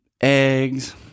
eggs